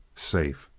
safe.